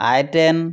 I ten